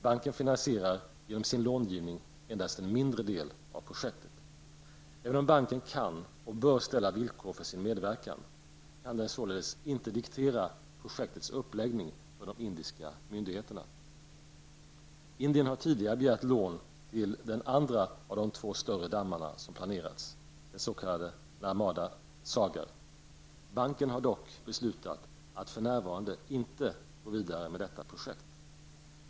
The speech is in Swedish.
Banken finansierar genom sin långivning endast en mindre del av projektet. Även om banken kan och bör ställa villkor för sin medverkan kan den således inte diktera projektets uppläggning för de indiska myndigheterna. Lån har tidigare begärts från Indien till den andra av de två större dammar som planerats, det s.k. Narmada Sagar-projektet. Banken har dock beslutat att för närvarande inte gå vidare med detta projekt.